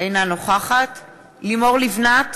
אינה נוכחת לימור לבנת,